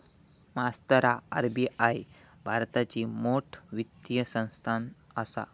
मास्तरा आर.बी.आई भारताची मोठ वित्तीय संस्थान आसा